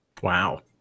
Wow